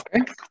Okay